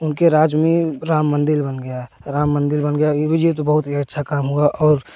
उनके राज्य में राम मंदिर बन गया राम मंदिर बन गया यह भी जो है तो बहुत ही अच्छा काम हुआ और